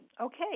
okay